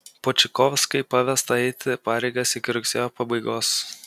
počikovskai pavesta eiti pareigas iki rugsėjo pabaigos